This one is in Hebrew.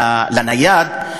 לנייד,